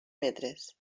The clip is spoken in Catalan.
metres